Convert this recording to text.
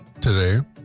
Today